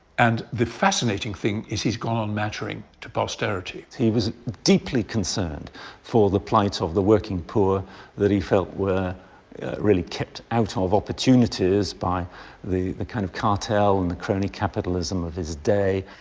and the fascinating thing is he's gone on mattering to posterity. he was deeply concerned for the plight of the working poor that he felt were really kept out ah of opportunities by the the kind of cartel and the crony capitalism of his day.